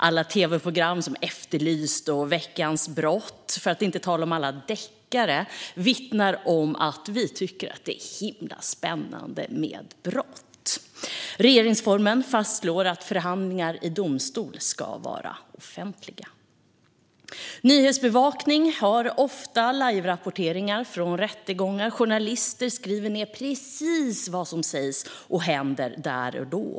Alla tv-program som Efterlyst och Veckans brott , för att inte tala om alla deckare, vittnar om att vi tycker att det är himla spännande med brott. Regeringsformen fastslår att förhandlingar i domstol ska vara offentliga. Nyhetsbevakning har ofta liverapporteringar från rättegångar. Journalister skriver ned precis vad som sägs och händer där och då.